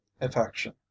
affection